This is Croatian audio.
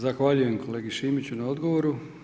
Zahvaljujem kolegi Šimiću na odgovoru.